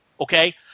okay